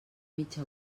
mitja